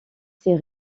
ses